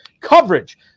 coverage